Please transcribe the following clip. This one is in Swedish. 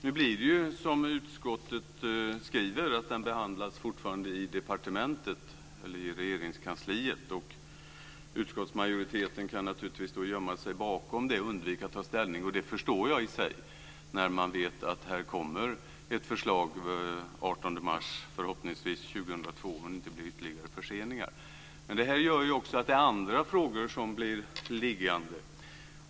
Nu blir det som utskottet skriver, att den fortfarande behandlas i Regeringskansliet. Utskottsmajoriteten kan naturligtvis gömma sig bakom det och undvika att ta ställning. Det förstår jag, när man vet att det kommer ett förslag förhoppningsvis den 18 mars 2002 om det inte blir ytterligare förseningar. Det här gör ju också att andra frågor blir liggande.